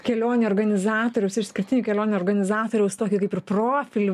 kelionių organizatoriaus išskirtinių kelionių organizatoriaus tokia kaip ir profilį